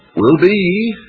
will be,